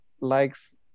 likes